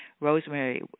Rosemary